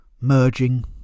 merging